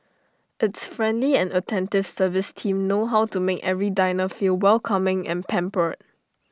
its friendly and attentive service team know how to make every diner feel welcoming and pampered